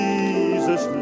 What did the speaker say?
Jesus